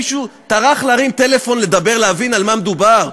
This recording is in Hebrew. מישהו טרח להרים טלפון, לדבר, להבין על מה מדובר?